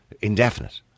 indefinite